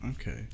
Okay